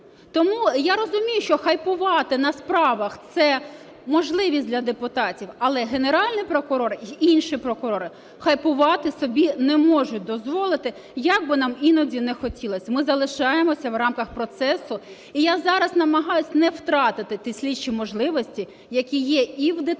Тому я розумію, що хайпувати на справах – це можливість для депутатів, але Генеральний прокурор й інші прокурори хайпувати собі не можуть дозволити, як би нам іноді не хотілося. Ми залишаємося в рамках процесу. І я зараз намагаюся не втратити ті слідчі можливості, які є і в детективів,